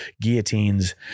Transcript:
guillotines